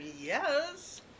Yes